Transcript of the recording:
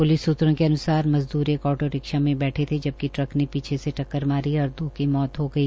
police सूत्रों के अनुसार मजदूर एक आटो रिक्शा में बैठे थे जबकि ट्रक ने पीछे से टक्कर मारी और दो की मौत हो गई